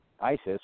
ISIS